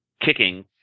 kicking